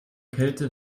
kälte